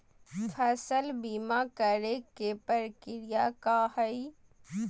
फसल बीमा करे के प्रक्रिया का हई?